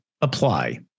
apply